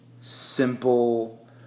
simple